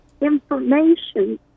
information